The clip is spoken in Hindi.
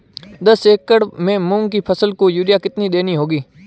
दस एकड़ में मूंग की फसल को यूरिया कितनी देनी होगी?